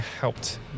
helped